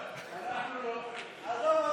עזוב,